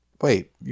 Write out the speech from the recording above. Wait